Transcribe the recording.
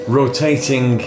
rotating